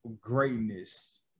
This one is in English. greatness